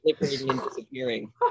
disappearing